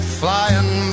flying